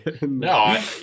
No